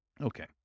Okay